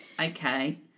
Okay